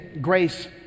grace